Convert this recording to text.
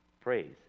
Praise